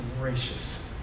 gracious